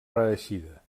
reeixida